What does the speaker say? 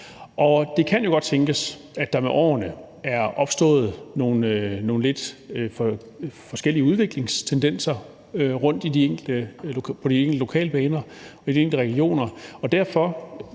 det kan jo godt tænkes, at der med årene er opstået nogle lidt forskellige udviklingstendenser på de enkelte lokalbaner og i de